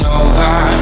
over